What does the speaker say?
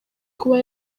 kuba